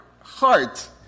heart